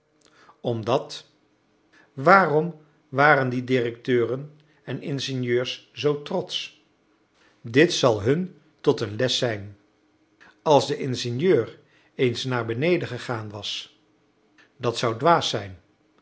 omdat waarom waren die directeuren en ingenieurs zoo trotsch dit zal hun tot een les zijn als de ingenieur eens naar beneden gegaan was dat zou dwaas zijn